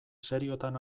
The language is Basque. seriotan